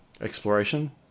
exploration